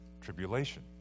tribulation